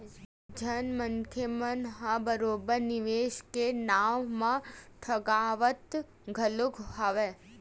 काहेच झन मनखे मन ह बरोबर निवेस के नाव म ठगावत घलो हवय